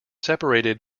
separated